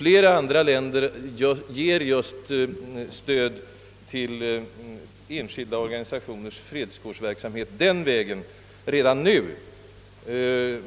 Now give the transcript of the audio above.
Flera andra länder ger redan nu ekonomiskt stöd till enskilda organisationers fredskårsverksamhet bl.a. till det ändamål det här är fråga om.